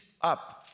up